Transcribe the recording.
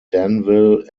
danville